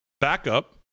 backup